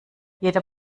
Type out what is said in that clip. jeder